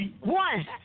One